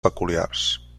peculiars